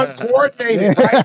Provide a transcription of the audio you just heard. uncoordinated